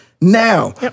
now